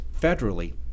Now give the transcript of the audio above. federally